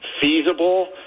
feasible